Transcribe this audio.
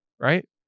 Right